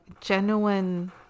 genuine